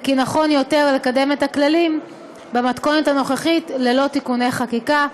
ושנכון יותר לקדם את הכללים במתכונת הנוכחית ללא תיקוני חקיקה.